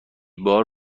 بار